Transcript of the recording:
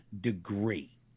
degree